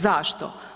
Zašto?